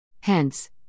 Hence